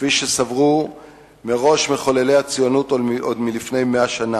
כפי שסברו מראש מחוללי הציונות עוד לפני 100 שנה.